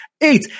Eight